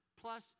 plus